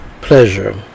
pleasure